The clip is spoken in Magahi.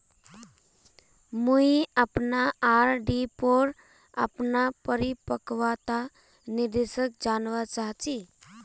मुई अपना आर.डी पोर अपना परिपक्वता निर्देश जानवा चहची